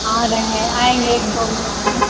आ रहें आएँगे एक दो घंटे में